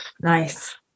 Nice